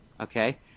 okay